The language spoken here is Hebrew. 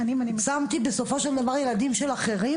שמתי בסופו של דבר ילדים של אחרים,